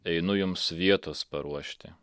einu jums vietos paruošti